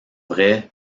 vrai